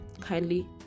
kindly